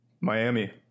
Miami